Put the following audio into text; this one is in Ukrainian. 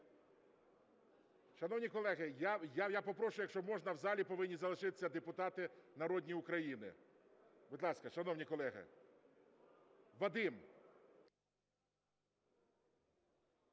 Шановні колеги, я попрошу, якщо можна, в залі повинні залишитися депутати народні України. Будь ласка, шановні колеги. Вадим!